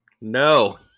No